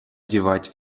девать